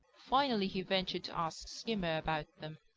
finally he ventured to ask skimmer about them.